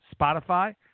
spotify